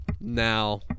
Now